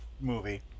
movie